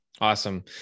Awesome